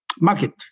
market